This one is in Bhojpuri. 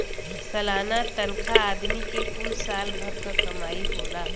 सलाना तनखा आदमी के कुल साल भर क कमाई होला